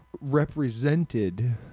represented